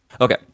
Okay